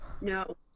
No